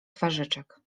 twarzyczek